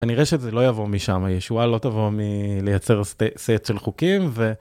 כנראה שזה לא יבוא משם, הישועה לא תבוא מלייצר סט של חוקים ו...